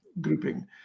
grouping